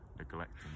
neglecting